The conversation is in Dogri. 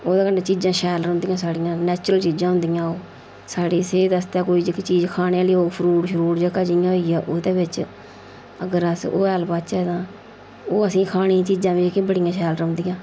ओह्दे कन्नै चीजां शैल रौंह्दियां साढ़ियां नैचुरल चीजां होंदियां ओह् साढ़ी सेह्त आस्तै कोई जेह्की चीज खाने आह्ली होग फरूट शरूट जेह्का जियां होई गेआ ओहदे बिच्च अगर अस ओह हैल पाचै तां ओह् असेंई खाने चीजां बी जेह्कियां बड़ियां शैल रौंह्दियां